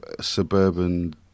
suburban